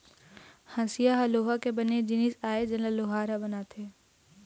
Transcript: हँसिया ह लोहा के बने जिनिस आय जेन ल लोहार ह बनाथे